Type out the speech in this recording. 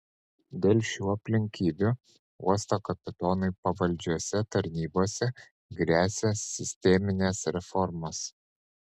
dėl šių aplinkybių uosto kapitonui pavaldžiose tarnybose gresia sisteminės reformos